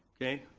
okay?